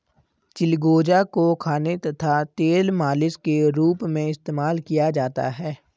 चिलगोजा को खाने तथा तेल मालिश के रूप में इस्तेमाल किया जाता है